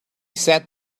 sat